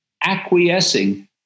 acquiescing